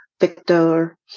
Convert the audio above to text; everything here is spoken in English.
Victor